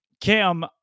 Cam